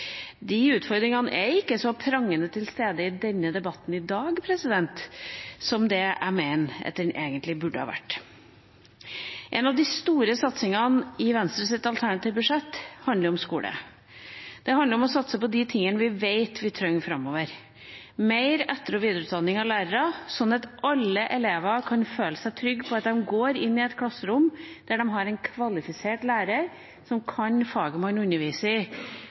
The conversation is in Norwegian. De utfordringene er ikke så prangende til stede i denne debatten i dag som det jeg mener at de egentlig burde ha vært. En av de store satsingene i Venstres alternative budsjett handler om skole. Det handler om å satse på de tingene vi vet vi trenger framover: mer etter- og videreutdanning av lærere, slik at alle elever kan føle seg trygge på at de går inn i et klasserom der de har en kvalifisert lærer som kan faget man underviser